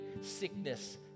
sickness